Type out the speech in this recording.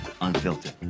Unfiltered